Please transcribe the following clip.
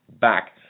back